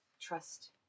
trust